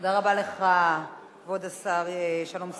תודה רבה לך, כבוד השר שלום שמחון,